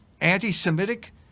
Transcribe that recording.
anti-Semitic